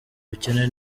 ubukene